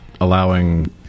allowing